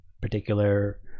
particular